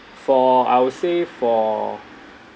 for I would say for